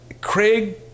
Craig